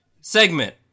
segment